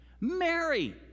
Mary